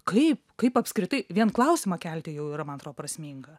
kaip kaip apskritai vien klausimą kelti jau yra man atro prasminga